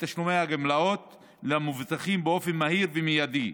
תשלומי הגמלאות למבוטחים באופן מהיר ומיידי,